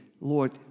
Lord